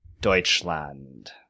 Deutschland